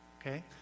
Okay